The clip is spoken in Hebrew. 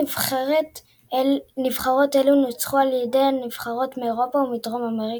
נבחרות אלה נוצחו על ידי הנבחרות מאירופה ומדרום אמריקה.